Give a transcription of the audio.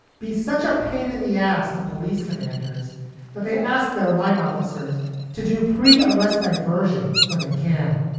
be such a pain in the ass to police commanders that they ask their line officers to do pre arrest diversion when they can.